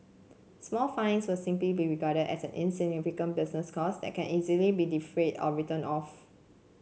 small fines would simply be regarded as an insignificant business cost that can easily be defrayed or written off